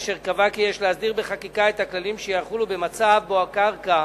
אשר קבע כי יש להסדיר בחקיקה את הכללים שיחולו במצב שבו הקרקע